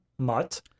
mutt